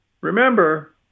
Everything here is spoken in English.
remember